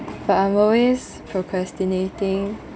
but I'm always procrastinating